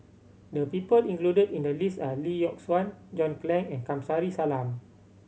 the people included in the list are Lee Yock Suan John Clang and Kamsari Salam